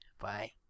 Bye